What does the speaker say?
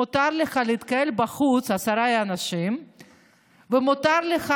מותר לך להתקהל בחוץ עשרה אנשים ומותר לך